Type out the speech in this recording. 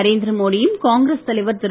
நரேந்திரமோடியும் காங்கிரஸ் தலைவர் திரு